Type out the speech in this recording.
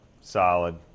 Solid